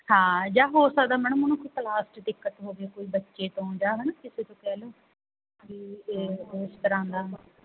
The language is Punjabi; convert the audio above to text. ਹਾਂ ਜਾਂ ਹੋ ਸਕਦਾ ਮੈਡਮ ਉਹ ਨੂੰ ਕੋਈ ਕਲਾਸ 'ਚ ਦਿੱਕਤ ਹੋਵੇ ਕੋਈ ਬੱਚੇ ਤੋਂ ਜਾਂ ਹੈ ਨਾ ਕਿਸੇ ਤੋਂ ਕਹਿ ਲਓ ਵੀ ਇਹ ਇਸ ਤਰ੍ਹਾਂ ਦਾ